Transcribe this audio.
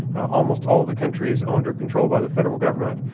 almost all the country is owned or controlled by the federal government.